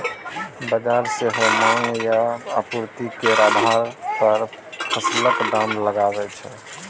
बजार सेहो माँग आ आपुर्ति केर आधार पर फसलक दाम लगाबै छै